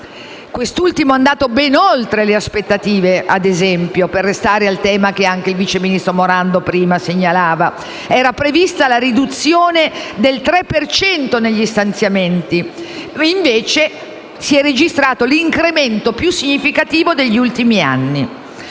peraltro è andato ben oltre le aspettative, per restare al tema che anche il vice ministro Morando prima segnalava: era prevista la riduzione del 3 per cento negli stanziamenti, mentre si è registrato l'incremento più significativo degli ultimi anni.